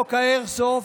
חוק האיירסופט,